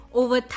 over